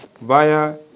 via